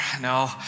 No